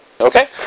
Okay